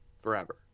forever